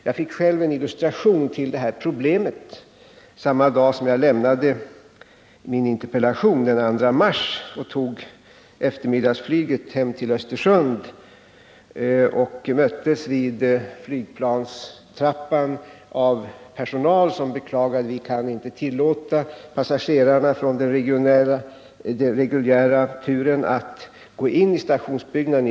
Jag fick själv en illustration till detta problem samma dag som jag lämnade min interpellation, den 2 mars. Jag tog då eftermiddagsflyget hem till Östersund och möttes vid flygplanstrappan av personal, som med beklagande sade: ”Vi kan inte tillåta passagerarna från den reguljära turen att gå in i stationsbyggnaden.